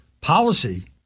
policy